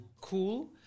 cool